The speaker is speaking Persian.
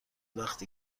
وقتی